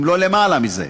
אם לא למעלה מזה,